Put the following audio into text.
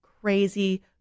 crazy